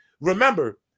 remember